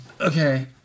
Okay